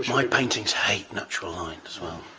my paintings hate natural light, as well.